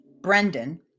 Brendan